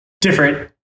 different